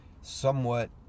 somewhat